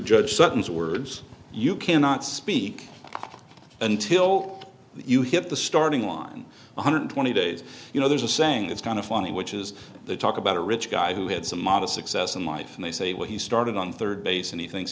judge sutton's words you cannot speak until you hit the starting line one hundred twenty days you know there's a saying it's kind of funny which is the talk about a rich guy who had some modest success in life and they say well he started on third base and he thinks